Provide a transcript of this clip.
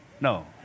No